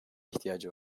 ihtiyacı